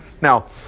Now